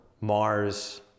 Mars